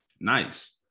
nice